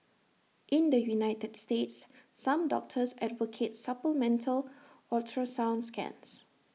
in the united states some doctors advocate supplemental ultrasound scans